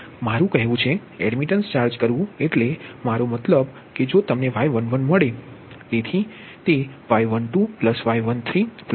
મારું કહેવું છે એડમિટન્સ ચાર્જ કરવું એટલે મારો મતલબ કે જો તમને Y11 મળે